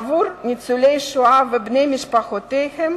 עבור ניצולי שואה ובני משפחותיהם